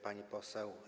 Pani Poseł!